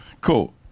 Cool